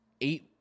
eight